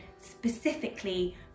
specifically